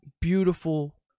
beautiful